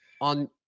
on